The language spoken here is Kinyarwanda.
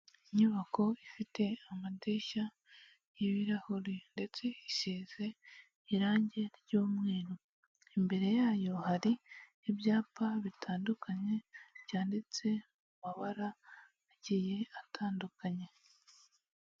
Inyubako ifite amadirishya y'ibirahuri ndetse isize irangi ry'umweru, imbere yayo hari ibyapa bitandukanye byanditse mu mabara agiye atandukanye.